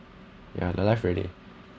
ya the life already